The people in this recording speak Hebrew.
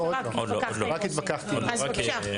שלמה, בבקשה.